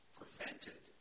prevented